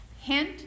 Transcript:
Hint